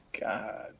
God